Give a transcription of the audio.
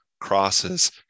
crosses